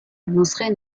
نسخه